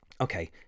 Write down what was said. Okay